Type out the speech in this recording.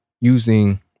using